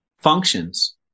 functions